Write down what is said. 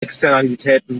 externalitäten